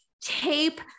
tape